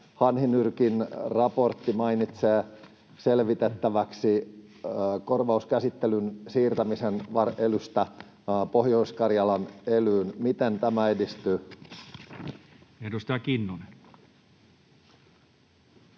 hanhinyrkin raportti mainitsee selvitettäväksi korvauskäsittelyn siirtämisen VARELYstä Pohjois-Karjalan elyyn. Miten tämä edistyy? [Speech